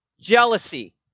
jealousy